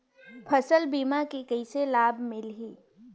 फसल बीमा के कइसे लाभ मिलही?